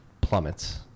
plummets